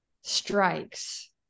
strikes